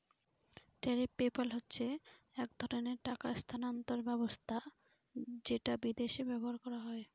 tariff PayPal হচ্ছে এক ধরনের টাকা স্থানান্তর ব্যবস্থা যেটা বিদেশে ব্যবহার করা হয়